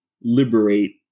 liberate